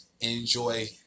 Enjoy